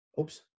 Oops